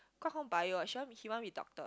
Guang-Hong bio what she want he want be doctor